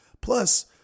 Plus